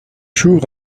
jours